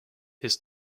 his